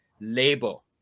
label